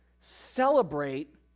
celebrate